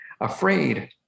afraid